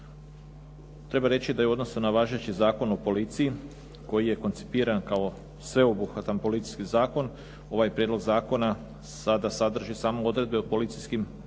Treba reći da je u odnosu na važeći Zakon o policiji koji je koncipiran kao sveobuhvatan policijski zakon ovaj prijedlog zakon sada sadrži samo odredbe o policijskim poslovima